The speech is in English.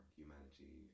humanity